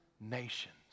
nations